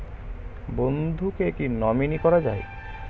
বন্ধুকে কী নমিনি করা যায়?